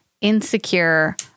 Insecure